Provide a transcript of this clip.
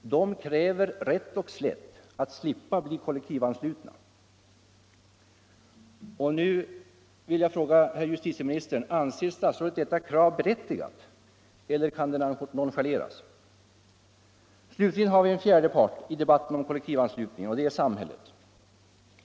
De kräver rätt och slätt att slippa bli kollektivanslutna. Slutligen har vi en fjärde part i debatten om kollektivanslutningen. Det är samhället.